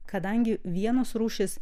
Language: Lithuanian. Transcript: kadangi vienos rūšys